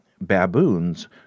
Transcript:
Baboons